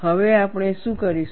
હવે આપણે શું કરીશું